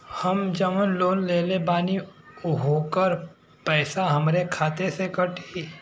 हम जवन लोन लेले बानी होकर पैसा हमरे खाते से कटी?